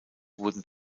wurden